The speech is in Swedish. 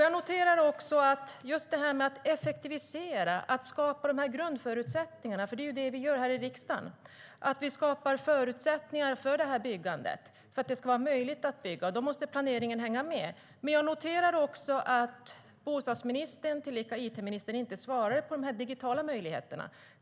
Jag noterar också att när det gäller det här med att effektivisera och skapa grundförutsättningar för att det ska vara möjligt att bygga, för det är ju det vi gör här i riksdagen - att skapa förutsättningar för byggandet -, så måste planeringen hänga med. Men jag noterar också att bostadsministern, tillika it-ministern, inte svarade när det gällde de digitala möjligheterna.